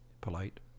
Polite